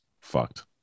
fucked